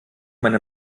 meine